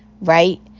right